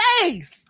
face